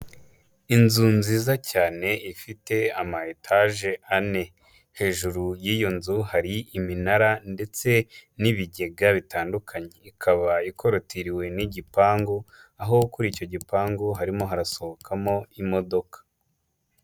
Inzu nziza cyane ifite amayetaje ane. Hejuru y'iyo nzu hari iminara ndetse n'ibigega bitandukanye. Ikaba ikoritiriwe n'igipangu, aho kuri icyo gipangu harimo harasohokamo imodoka.